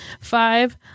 Five